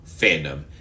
fandom